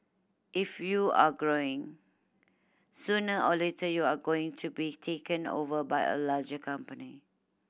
if you're growing sooner or later you are going to be taken over by a larger company